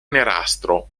nerastro